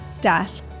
death